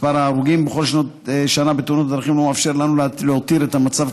מספר ההרוגים בתאונות הדרכים בכל שנה לא מאפשר לנו להותיר את המצב